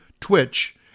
Twitch